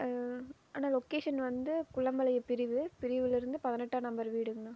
அண்ணா location வந்து குள்ளம்பளைய பிரிவு பிரிவில் இருந்து பதினெட்டாம் நம்பர் வீடுங்கண்ணா